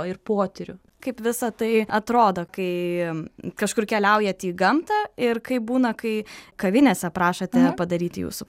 ir potyrių kaip visa tai atrodo kai kažkur keliaujat į gamtą ir kaip būna kai kavinėse prašote padaryti jūsų